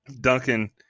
Duncan